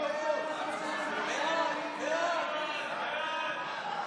להעביר את הצעת חוק